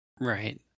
Right